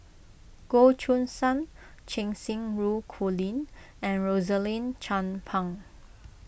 Goh Choo San Cheng Xinru Colin and Rosaline Chan Pang